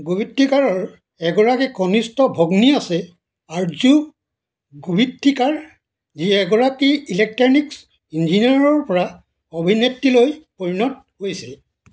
গোবিত্ৰিকাৰৰ এগৰাকী কনিষ্ঠ ভগ্নী আছে আৰ্জু গোবিত্ৰিকাৰ যি এগৰাকী ইলেক্ট্ৰনিকছ ইঞ্জিনিয়াৰৰ পৰা অভিনেত্ৰীলৈ পৰিণত হৈছে